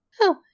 Oh